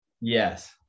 Yes